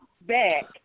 back